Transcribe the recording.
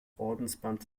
ordensband